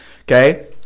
Okay